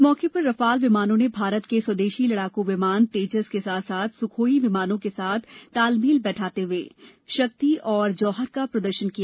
इस मौके पर रफाल विमानों ने भारत के स्वदेशी लड़ाकू विमान तेजस के साथ साथ सुखाई विमानों के साथ तालमेल बैठाते हुए शक्ति तथा तालमेल और जौहर का प्रदर्शन किया